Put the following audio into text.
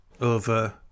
over